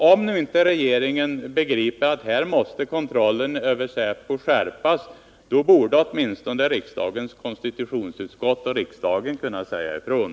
Om inte regeringen begriper att här måste kontrollen över säpo skärpas, borde åtminstone riksdagens konstitutionsutskott och riksdagen kunna säga ifrån.